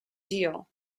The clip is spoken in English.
deal